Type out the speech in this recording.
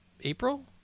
April